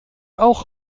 auch